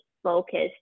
focused